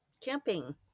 camping